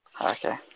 Okay